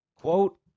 Quote